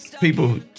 People